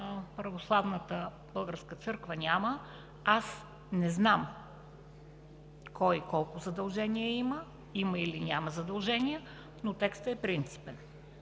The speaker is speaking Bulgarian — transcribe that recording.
православна църква няма. Аз не знам кой колко задължения има, има или няма задължения, но текстът е принципен.